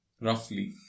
roughly